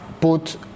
put